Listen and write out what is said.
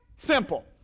Simple